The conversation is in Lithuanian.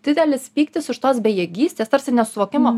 didelis pyktis už tos bejėgystės tarsi nesuvokimo